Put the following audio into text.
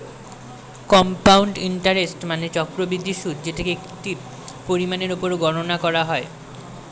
compound interest মানে চক্রবৃদ্ধি সুদ যেটাকে একটি পরিমাণের উপর গণনা করা হয়